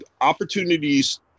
opportunities